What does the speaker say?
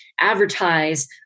advertise